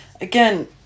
Again